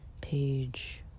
page